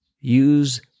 use